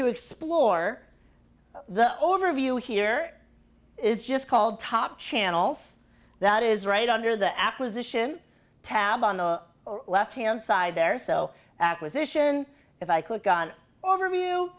to explore the overview here is just called top channels that is right under the acquisition tab on the left hand side there so acquisition if i click on overview